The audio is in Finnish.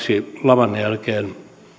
laman jälkeen